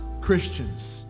Christians